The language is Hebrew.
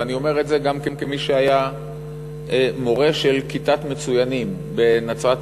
ואני אומר את זה גם כמי שהיה מורה של כיתת מצוינים בנצרת-עילית,